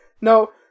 No